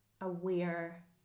aware